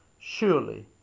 Surely